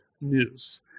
news